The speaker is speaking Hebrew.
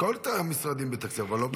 כל המשרדים בתקציב, אבל לא בתקנים של שופטים.